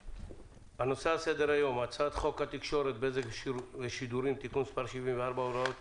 על סדר היום: הצעת חוק התקשורת (בזק ושידורים) (תיקון מס' 74) (הוראות